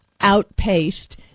outpaced